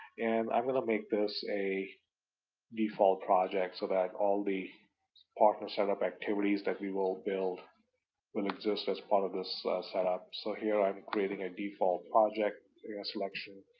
and i'm going to make this a default project so that all the partner setup activities that we will build will exist as part of this setup. so here i'm creating a default project selection,